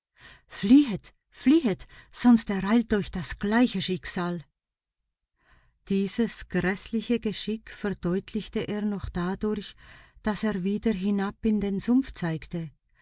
fliehet fliehet sonst ereilt euch das gleiche schicksal dieses gräßliche geschick verdeutlichte er noch dadurch daß er wieder hinab in den sumpf zeigte